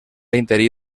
interí